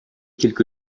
quelque